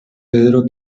pedro